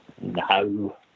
No